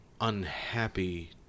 unhappy